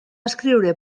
escriure